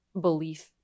belief